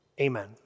Amen